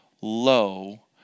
low